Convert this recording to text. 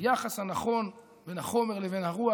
היחס הנכון בין החומר לבין הרוח,